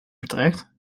vertrekt